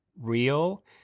real